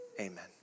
Amen